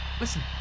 Listen